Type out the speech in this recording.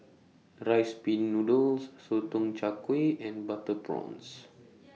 Rice Pin Noodles Sotong Char Kway and Butter Prawns